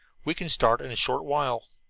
we can start in a short while.